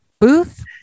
booth